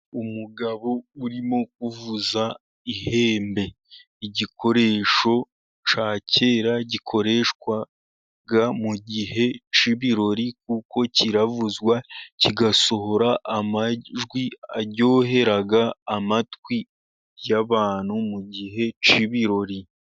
Umugabo urimo uvuza ihembe, igikoresho cya kera gikoreshwa mu gihe cy'ibirori, kuko kiravuzwa kigasohora amajwi aryohera amatwi y'abantu mu gihe cy'ibirori.